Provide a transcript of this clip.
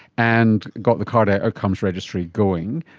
and got the cardiac outcomes registry going.